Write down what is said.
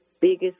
biggest